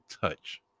touch